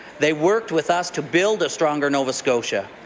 they worked with us to build a stronger nova scotia.